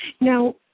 Now